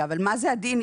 אבל מה זה הדין?